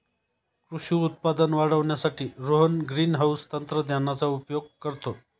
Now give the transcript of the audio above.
कृषी उत्पादन वाढवण्यासाठी रोहन ग्रीनहाउस तंत्रज्ञानाचा उपयोग करतो